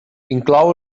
inclou